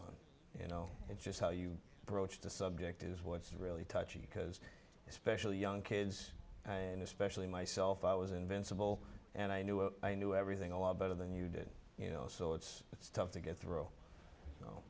on you know it's just how you approach the subject is what's really touching because especially young kids and especially myself i was invincible and i knew i knew everything a lot better than you did you know so it's it's tough to get through